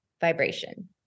vibration